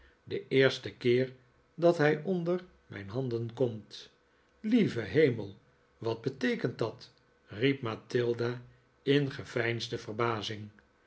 den eersten keer dat hij onder mijn handen komt lieve hemel wat beteekent dat riep mathilda in geveinsde verbazing